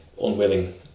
unwilling